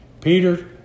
Peter